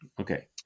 Okay